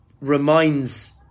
reminds